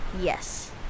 Yes